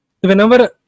whenever